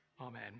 Amen